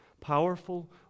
powerful